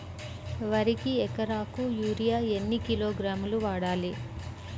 వరికి ఎకరాకు యూరియా ఎన్ని కిలోగ్రాములు వాడాలి?